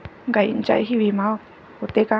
गायींचाही विमा होते का?